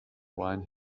wine